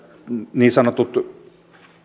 niin sanotut